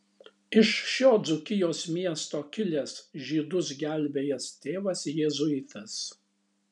iš šio dzūkijos miesto kilęs žydus gelbėjęs tėvas jėzuitas